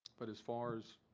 but as far as,